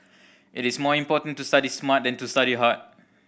it is more important to study smart than to study hard